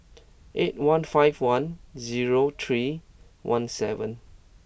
eight one five one zero three one seven